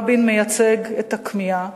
רבין מייצג את הכמיהה,